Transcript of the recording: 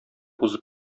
узып